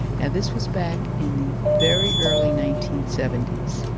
now this was back in the very early nineteen seventy s,